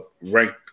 ranked